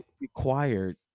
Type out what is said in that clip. Required